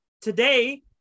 today